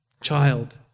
child